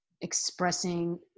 expressing